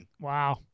Wow